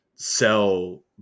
sell